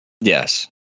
Yes